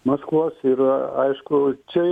maskvos ir aišku čia